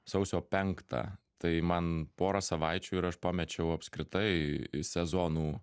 sausio penktą tai man porą savaičių ir aš pamečiau apskritai sezonų